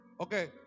Okay